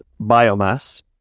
biomass